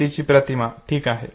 माहितीची प्रतिमा ठीक आहे